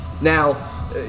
Now